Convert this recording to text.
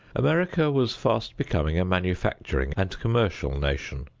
america was fast becoming a manufacturing and commercial nation.